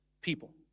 people